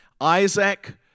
Isaac